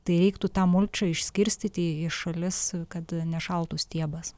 tai reiktų tą mulčą išskirstyti į šalis kad nešaltų stiebas